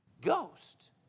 Ghost